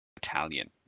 Italian